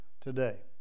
today